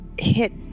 hit